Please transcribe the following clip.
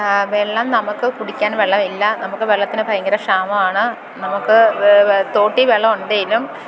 വെള്ളം നമുക്ക് കുടിക്കാന് വെള്ളമില്ല നമുക്ക് വെള്ളത്തിന് ഭയങ്കര ക്ഷാമമാണ് നമുക്ക് തോട്ടീ വെള്ളമുണ്ടേലും